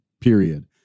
period